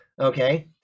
Okay